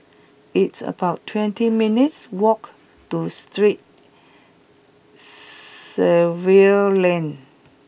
it's about twenty minutes' walk to Street Xavier's Lane